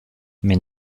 mais